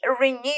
renewed